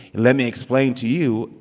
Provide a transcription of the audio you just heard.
let me explain to you.